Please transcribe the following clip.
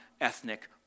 ethnic